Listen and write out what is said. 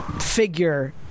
figure